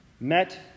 met